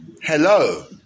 hello